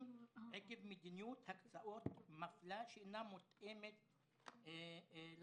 עקב מדיניות הקצאות מפלה שאינה מותאמת לצרכים.